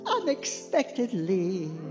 unexpectedly